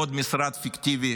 עוד משרד פיקטיבי